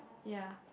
ya